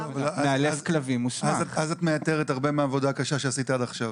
אז את מייתרת הרבה מהעבודה הקשה שעשית עד עכשיו.